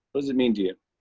does it mean to you?